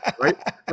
Right